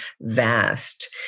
vast